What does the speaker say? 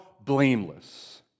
blameless